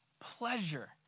pleasure